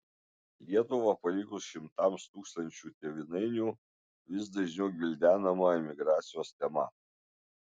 lietuvą palikus šimtams tūkstančių tėvynainių vis dažniau gvildenama emigracijos tema